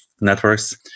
networks